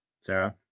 Sarah